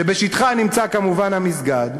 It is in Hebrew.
שבשטחה נמצא כמובן המסגד,